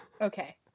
Okay